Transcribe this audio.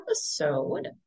episode